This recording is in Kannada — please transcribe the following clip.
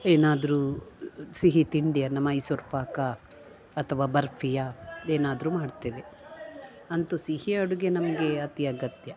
ಏನಾದರು ಸಿಹಿ ತಿಂಡಿಯನ್ನ ಮೈಸೂರು ಪಾಕ ಅಥವ ಬರ್ಫಿಯಾ ಏನಾದರು ಮಾಡ್ತೇವೆ ಅಂತು ಸಿಹಿ ಅಡುಗೆ ನಮಗೆ ಅತಿ ಅಗತ್ಯ